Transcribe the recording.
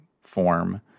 form